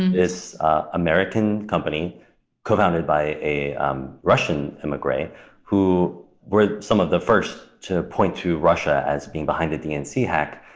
is an american company co-founded by a um russian immigrant who were some of the first to point to russia as being behind the dnc hack.